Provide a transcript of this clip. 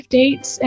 dates